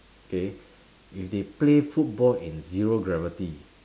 okay if they play football in zero gravity